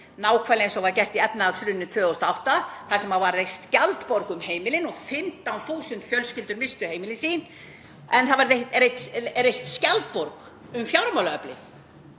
nákvæmlega eins og var gert í efnahagshruninu 2008 þar sem átti að reisa skjaldborg um heimilin en 15.000 fjölskyldur misstu heimili sín. En það var reist skjaldborg um fjármálaöflin.